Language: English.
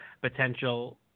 potential